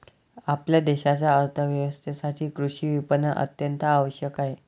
आपल्या देशाच्या अर्थ व्यवस्थेसाठी कृषी विपणन अत्यंत आवश्यक आहे